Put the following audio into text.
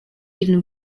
even